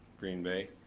green bay,